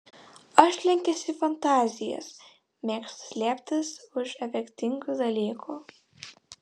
aš linkęs į fantazijas mėgstu slėptis už efektingų dalykų